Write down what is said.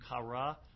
kara